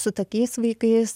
su tokiais vaikais